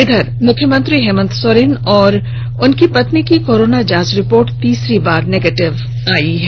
इधर मुख्यमंत्री हेमंत सोरेन और उनकी पत्नी की कोरोना जांच रिपोर्ट तीसरी बार निगेटिव आयी है